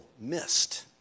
missed